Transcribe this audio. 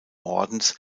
ordens